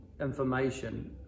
information